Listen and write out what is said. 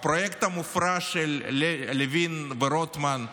הפרויקט המופרע של לוין ורוטמן,